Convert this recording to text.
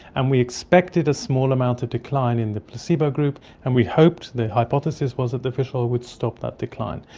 and we expected a small amount of decline in the placebo group and we hoped, the hypothesis was that the fish oil would stop that decline.